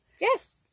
Yes